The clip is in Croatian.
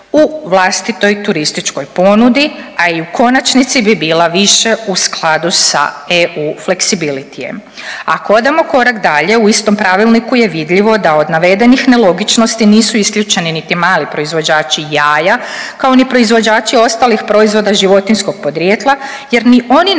u vlastitoj turističkoj ponudi, a i u konačnici bi bila više u skladu sa EU fleksibilitijem. Ako odemo korak dalje u istom pravilniku je vidljivo da od navedenih nelogičnosti nisu isključeni niti mali proizvođači jaja kao ni proizvođači ostalih proizvoda životinjskog podrijetla jer ni oni ne